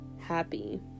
happy